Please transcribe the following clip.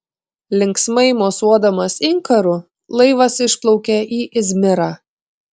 linksmai mosuodamas inkaru laivas išplaukė į izmirą